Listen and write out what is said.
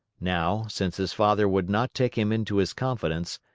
now, since his father would not take him into his confidence,